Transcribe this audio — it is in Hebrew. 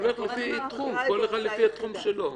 זה הולך לפי תחום, כל אחד לפי התחום שלו.